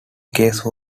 case